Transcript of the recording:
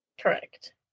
Correct